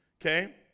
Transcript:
Okay